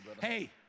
Hey